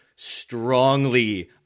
strongly